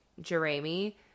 Jeremy